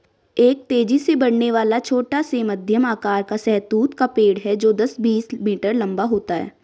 एक तेजी से बढ़ने वाला, छोटा से मध्यम आकार का शहतूत का पेड़ है जो दस, बीस मीटर लंबा होता है